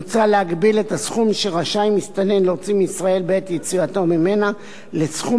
מוצע להגביל את הסכום שרשאי מסתנן להוציא מישראל בעת יציאתו ממנה לסכום